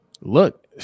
look